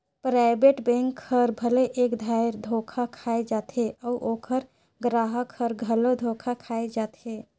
private bank हर भले एक धाएर धोखा खाए जाथे अउ ओकर गराहक हर घलो धोखा खाए जाथे